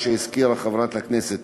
מה שהזכירה חברת הכנסת